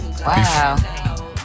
Wow